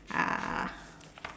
uh